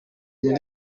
muri